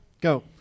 Go